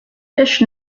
dish